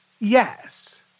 Yes